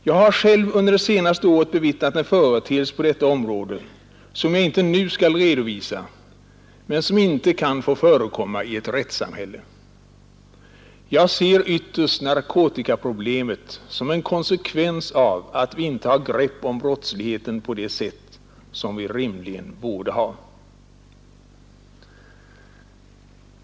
Jag har själv under det senaste året bevittnat en företeelse på detta område som jag inte nu skall redovisa men som inte kan få förekomma i ett rättssamhälle. Jag ser ytterst narkotikaproblemet som en konsekvens av att vi inte har grepp om brottsligheten på det sätt som vi rimligen borde ha.